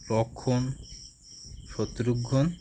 Lakshman Shatrughan